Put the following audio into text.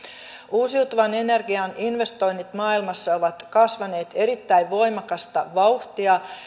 uusiutuvan energian investoinnit maailmassa ovat kasvaneet erittäin voimakasta vauhtia